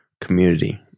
community